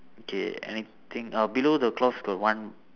okay anything uh below the cloth got one